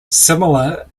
similar